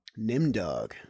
Nimdog